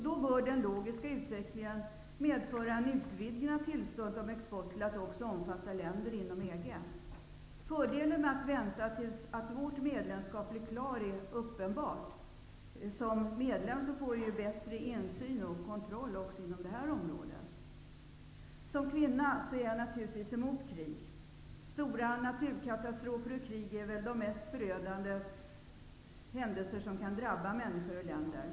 Då bör den logiska utvecklingen medföra en utvidgning av tillståndet om export till att även omfatta länder inom EG. Fördelen med att vänta tills vårt medlemskap blir klart är uppenbar. Som medlem får vi bättre insyn och kontroll även inom detta område. Som kvinna är jag naturligtvis emot krig. Stora naturkatastrofer och krig är väl de mest förödande händelser som kan drabba människor och länder.